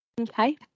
Okay